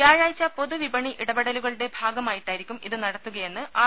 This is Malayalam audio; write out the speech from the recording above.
വ്യാഴാഴ്ച പൊതു വിപണി ഇടപെടലുകളുടെ ഭാഗമായിട്ടായിരിക്കും ഇത് നടത്തുകയെന്ന് ആർ